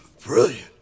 Brilliant